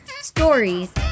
stories